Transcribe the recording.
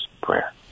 prayer